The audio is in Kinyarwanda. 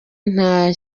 nta